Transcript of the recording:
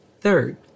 Third